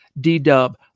D-Dub